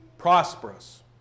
prosperous